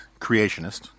creationist